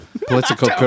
Political